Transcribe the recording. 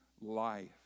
life